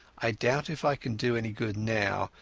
i doubt if i can do any good now,